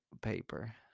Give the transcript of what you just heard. paper